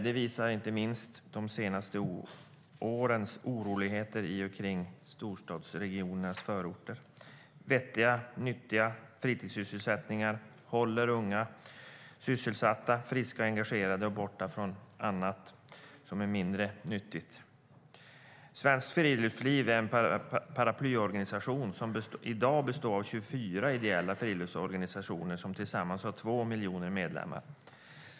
Det visar inte minst de senaste årens oroligheter i och omkring storstädernas förorter. Vettiga och nyttiga fritidssysselsättningar håller unga sysselsatta, friska, engagerade och borta från annat som är mindre nyttigt. Svenskt Friluftsliv är en paraplyorganisation som i dag består av 24 ideella friluftsorganisationer som tillsammans har två miljoner medlemmar.